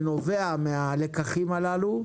שנובעת מהלקחים הללו,